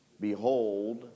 Behold